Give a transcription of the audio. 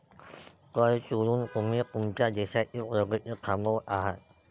कर चोरून तुम्ही तुमच्या देशाची प्रगती थांबवत आहात